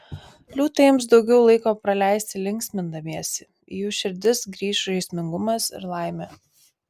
liūtai ims daugiau laiko praleisti linksmindamiesi į jų širdis grįš žaismingumas ir laimė